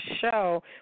show